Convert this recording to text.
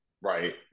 Right